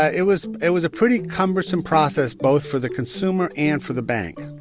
ah it was it was a pretty cumbersome process, both for the consumer and for the bank